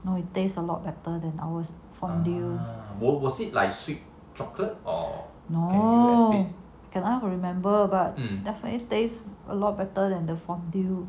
no it taste a lot better than ours fondue both no and I remember but definitely taste a lot better than the fondue